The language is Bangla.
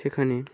সেখানে